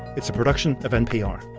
it's a production of npr